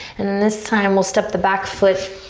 and and this time we'll step the back foot,